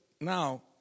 now